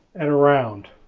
and around.